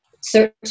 search